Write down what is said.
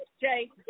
Jay